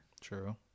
True